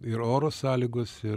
ir oro sąlygos ir